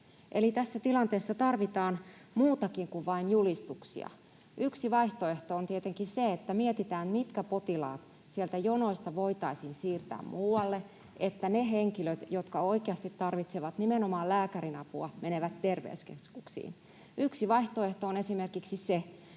tässä tilanteessa tarvitaan muutakin kuin vain julistuksia. Yksi vaihtoehto on tietenkin se, että mietitään, mitkä potilaat sieltä jonoista voitaisiin siirtää muualle, että ne henkilöt, jotka oikeasti tarvitsevat nimenomaan lääkärin apua, menevät terveyskeskuksiin. Yksi vaihtoehto on esimerkiksi se,